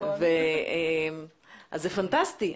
זה פנטסטי.